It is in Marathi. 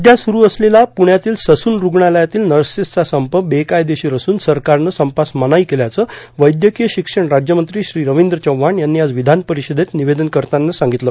सध्या सुरू असलेला पुण्यातील ससून रूग्णालयातील नर्सेसचा संप बेकायदेशीर असून सरकारनं संपास मनाई केल्याचं वैद्यकीय शिक्षण राज्यमंत्री श्री रवींद्र चव्हाण यांनी आज विधान परिषदेत निवेदन करताना सांगितलं